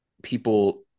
people